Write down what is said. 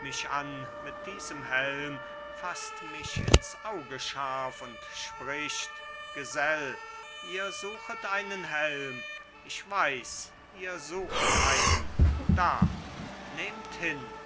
mich an mit diesem helm faßt mich ins auge scharf und spricht gesell ihr suchet einen helm ich weiß ihr suchet einen da nehmt hin